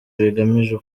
bigamije